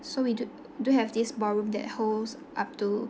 so we do do have this barroom that holds up to